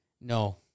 No